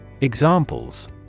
Examples